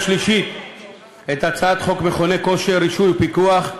שלישית את הצעת חוק מכוני כושר (רישוי ופיקוח)